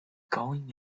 going